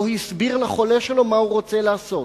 לא הסביר לחולה שלו מה הוא רוצה לעשות,